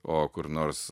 o kur nors